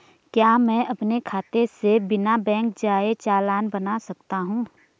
क्या मैं अपने खाते से बिना बैंक जाए चालान बना सकता हूँ?